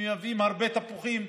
ומייבאים הרבה תפוחים,